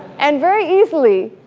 and very easily